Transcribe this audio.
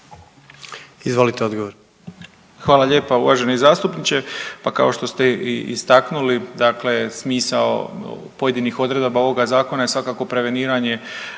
Ivan (HDZ)** Hvala lijepa uvaženi zastupniče, pa kao što ste istaknuli dakle, smisao pojedinih odredaba ovoga zakona je svakako preveniranje